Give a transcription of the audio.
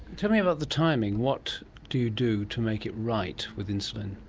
tell me about the timing. what do you do to make it right with insulin?